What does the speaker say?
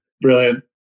Brilliant